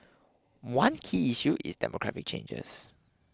one key issue is demographic changes